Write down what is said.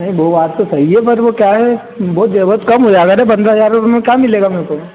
वो बात तो सही है पर वो क्या है कम हो जाता है न पन्द्रह हजार रुपये में कहाँ मिलेगा मेरे को